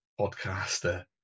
podcaster